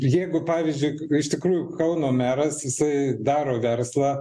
jeigu pavyzdžiui iš tikrųjų kauno meras jisai daro verslą